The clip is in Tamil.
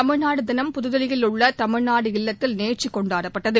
தமிழ்நாடு தினம் புதுதில்லியில் உள்ள தமிழ்நாடு இல்லத்தில் நேற்று கொண்டாடப்பட்டது